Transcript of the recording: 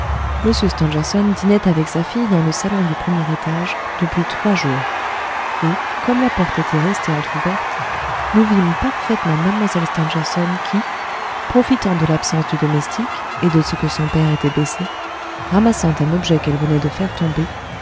et comme la porte était restée entr'ouverte nous vîmes parfaitement mlle stangerson qui profitant de l'absence du domestique et de ce que son père était baissé ramassant un objet qu'elle venait de faire tomber